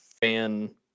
fan